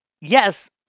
Yes